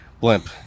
Blimp